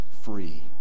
free